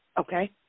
Okay